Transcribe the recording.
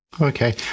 okay